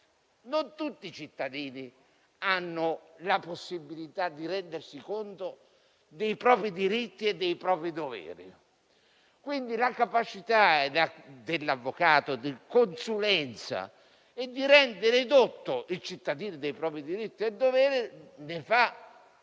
non tutti i cittadini hanno la possibilità di rendersi conto dei propri diritti e dei propri doveri. Quindi la capacità dell'avvocato di rendere edotto il cittadino dei propri diritti e doveri ne fa un